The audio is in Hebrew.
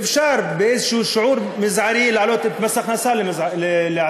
ואפשר באיזשהו שיעור מזערי להעלות את מס הכנסה לעצמאים.